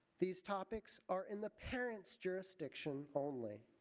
these topics are in the parents' jurisdiction only.